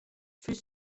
fut